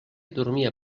dormia